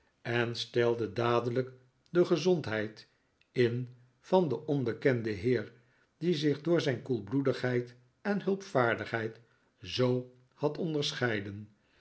eh stelde dadelijk de gezondheid in van den onbekenden heer die zich door zijn koelbloedigheid en hulpvaardigheid zoo had onderscheiden